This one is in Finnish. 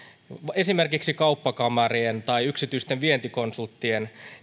esimerkiksi kauppakamarien tai yksityisten vientikonsulttien